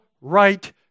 right